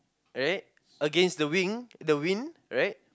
right against the wing the wind right